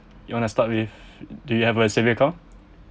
you want to start with do you have a saving account